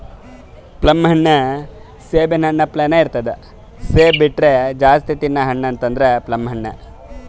plum ಹಣ್ಣ್ ಸೇಬಿನ್ ಹಣ್ಣ ಅಪ್ಲೆನೇ ಇರ್ತದ್ ಸೇಬ್ ಬಿಟ್ರ್ ಜಾಸ್ತಿ ತಿನದ್ ಹಣ್ಣ್ ಅಂದ್ರ ಪ್ಲಮ್ ಹಣ್ಣ್